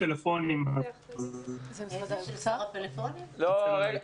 בלי קשר שהוא חבר מפלגתי,